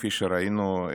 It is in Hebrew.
כפי שראינו,